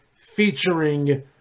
featuring